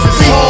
see